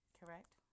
correct